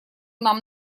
нам